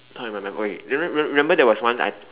can't remember oh wait remember there was once I